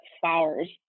flowers